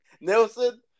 Nelson